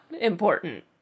important